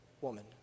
woman